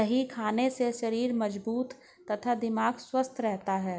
दही खाने से शरीर मजबूत तथा दिमाग स्वस्थ रहता है